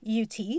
UT